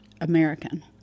American